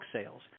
sales